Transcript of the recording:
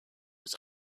was